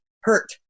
hurt